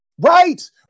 Right